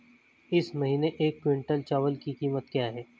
इस महीने एक क्विंटल चावल की क्या कीमत है?